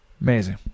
Amazing